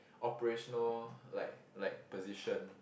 operational like like position